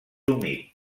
humit